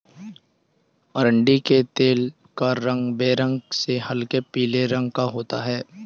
अरंडी के तेल का रंग बेरंग से हल्के पीले रंग का होता है